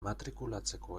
matrikulatzeko